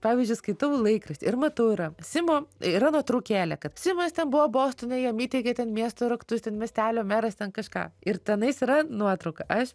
pavyzdžiui skaitau laikraštį ir matau yra simo yra nuotraukėlė kad simas ten buvo bostone jam įteikė ten miesto raktus ten miestelio meras ten kažką ir tenais yra nuotrauka aš